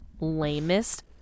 lamest